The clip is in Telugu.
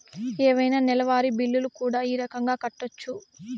ఏవైనా నెలవారి బిల్లులు కూడా ఈ రకంగా కట్టొచ్చు